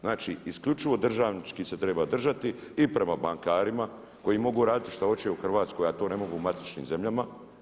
Znači isključivo državnički se treba držati i prema bankarima koji mogu raditi šta hoće u Hrvatskoj a to ne mogu u matičnim zemljama.